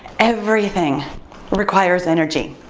everything requires energy.